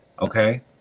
Okay